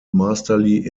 masterly